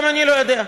גם אני לא יודע,